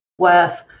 Worth